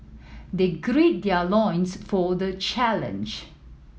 they grey their loins for the challenge